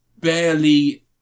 barely